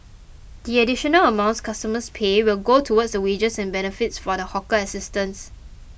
the additional amounts customers pay will go towards the wages and benefits for the hawker assistants